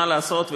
מה לעשות,